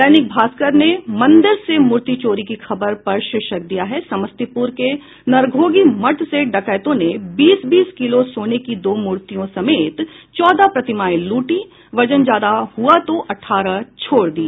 दैनिक भास्कर ने मंदिर से मूर्ति चोरी की खबर पर शीर्षक दिया है समस्तीपूर के नरघोघी मठ से डकैतों ने बीस बीस किलो सोने की दो मूर्तियों समेत चौदह प्रतिमाएं लूटी वजन ज्यादा हुआ तो अठारह छोड़ दी